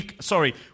sorry